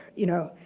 you know,